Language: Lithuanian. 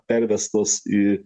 pervestos į